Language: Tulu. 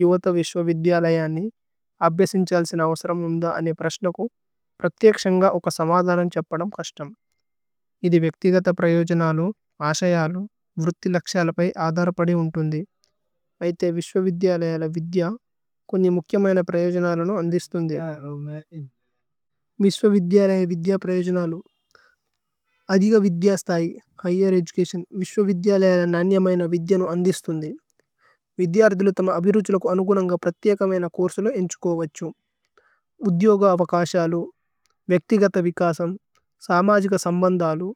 ജ്യോഥ വിശ്വവിദ്യ ലയ അന്നി അബ്ബേസിന് ഛല്സിന് അഓസ്രമ് മ്ന്ദ അന്നി പ്രശിനകു പ്രഥിക്ശന്ഗ ഉന്ക സമദന ഛപ്പദമ് കസ്തമ്। ഇദി വേക്തികത പ്രഏലേച്തിഓനലു, അസയാലു, വ്രുതി ലക്ശയല പഏ അദരപദി ഉന്ഹ്തുമ്ദി। ഐതേ, വിശ്വവിദ്യ ലയ അല വിദ്യ കുന്നി മുക്യമയന പ്രഏലേച്തിഓനലു അന്ന്ദിശ്തുമ്ദി। വിശ്വവിദ്യ ലയ വിദ്യ പ്രഏലേച്തിഓനലു। അധിഗ വിദ്യ സ്തൈ, ഹിഘേര് ഏദുചതിഓന്, വിശ്വവിദ്യ ലയ അല നന്യമയന വിദ്യ അന്ന്ദിശ്തുമ്ദി। വിദ്യ അരിദിലുതമ അബിരുഛുലകു അനുഗുനന്ഗ പ്രഥികമയന കുര്സല ഏന്ഛുകോവഛുമ്। ഉദ്യോഗ അവകശയലു, വേക്തികത വികസമ്। സമജിക സമ്ബന്ദലു।